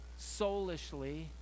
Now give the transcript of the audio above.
soulishly